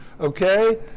okay